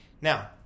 Now